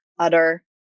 utter